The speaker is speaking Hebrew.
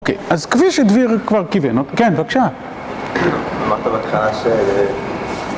אוקיי, אז כפי שדביר כבר כיוון, כן בבקשה. אמרת בהתחלה ש...